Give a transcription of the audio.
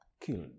killed